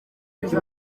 bifite